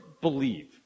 believe